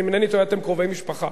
אם אינני טועה אתם קרובי משפחה.